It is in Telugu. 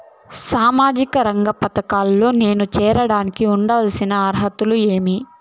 సామాజిక రంగ పథకాల్లో నేను చేరడానికి ఉండాల్సిన అర్హతలు ఏమి?